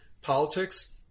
politics